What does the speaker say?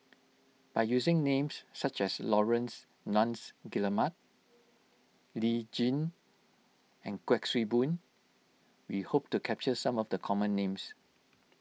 by using names such as Laurence Nunns Guillemard Lee Tjin and Kuik Swee Boon we hope to capture some of the common names